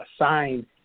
assigned